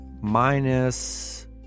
minus